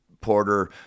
porter